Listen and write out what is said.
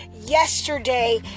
yesterday